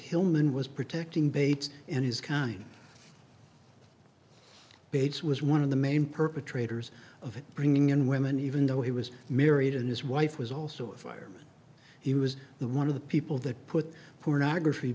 hillman was protecting bates and his con bates was one of the main perpetrators of bringing in women even though he was married and his wife was also a fireman he was the one of the people that put pornography